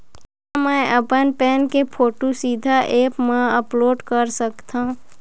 का मैं अपन पैन के फोटू सीधा ऐप मा अपलोड कर सकथव?